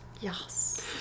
Yes